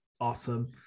awesome